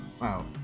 Wow